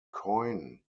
coyne